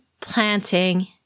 planting